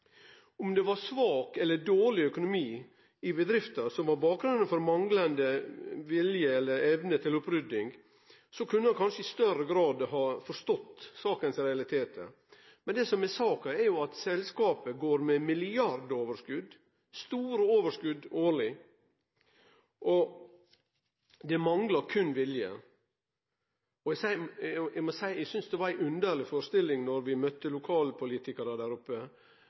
Om det var svak eller dårleg økonomi i bedrifta som var bakgrunnen for manglande vilje eller evne til opprydding, kunne eg kanskje i større grad ha forstått realitetane i saka, men det som er saka, er at selskapet går med milliardoverskot – store overskot årleg – og det manglar berre vilje. Eg må seie at eg syntest det var ei underleg forestilling da vi møtte lokalpolitikarar der oppe